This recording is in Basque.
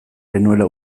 genuela